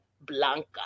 Blanca